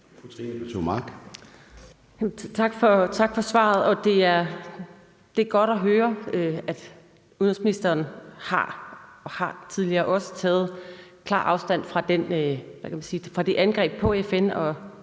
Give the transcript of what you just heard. Tak for svaret. Det er godt at høre, at udenrigsministeren tager klart afstand fra det angreb på FN